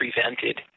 prevented